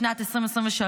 בשנת 2023,